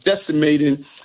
decimating